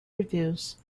reviews